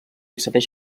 accedeix